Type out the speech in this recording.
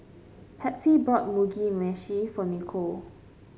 Patsy bought Mugi Meshi for Nichol